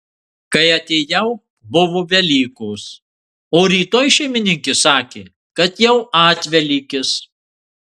kai atėjau buvo velykos o rytoj šeimininkė sakė kad jau atvelykis